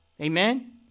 Amen